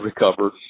recovered